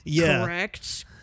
correct